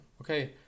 okay